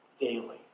daily